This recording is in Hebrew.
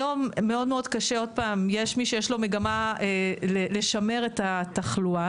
היום יש מי שיש לו מגמה לשמר את התחלואה